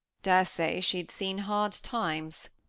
daresay she'd seen hard times.